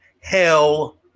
hell